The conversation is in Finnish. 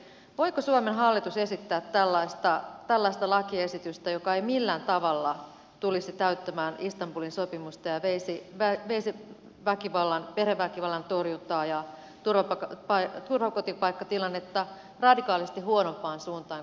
voiko suomen hallitus esittää tällaista lakiesitystä joka ei millään tavalla tulisi täyttämään istanbulin sopimusta ja veisi perheväkivallan torjuntaa ja turvakotipaikkatilannetta radikaalisti nykyistä huonompaan suuntaan